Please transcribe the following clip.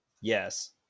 yes